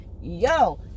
yo